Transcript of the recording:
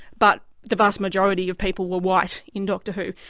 but the vast majority of people were white in doctor who.